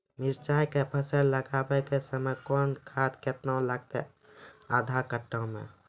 मिरचाय के फसल लगाबै के समय कौन खाद केतना लागतै आधा कट्ठा मे?